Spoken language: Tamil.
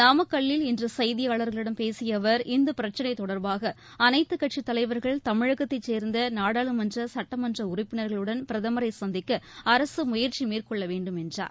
நாமக்கல்லில் இன்று செய்தியாளர்களிடம் பேசிய அவர் இந்த பிரச்சினை தொடர்பாக அளைத்துக்கட்சி தலைவர்கள் தமிழகத்தை சேர்ந்த நாடாளுமன்ற சுட்டமன்ற உறுப்பினர்களுடன் பிரதமரை சந்திக்க அரசு முயற்சி மேற்கொள்ள வேண்டும் என்றார்